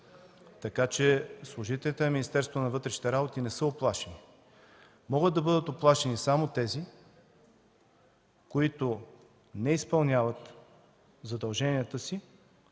на вътрешните работи не са уплашени. Могат да бъдат уплашени само тези, които не изпълняват задълженията си,